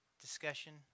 discussion